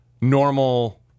normal